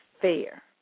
fair